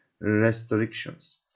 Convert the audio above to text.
restrictions